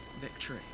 victory